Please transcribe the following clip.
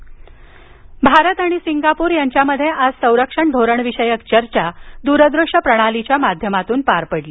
चर्चा भारत आणि सिंगापूर यांच्यामध्ये आज संरक्षण धोरणविषयक चर्चा आज दूरदृश्य प्रणालीच्या माध्यमातून पार पडली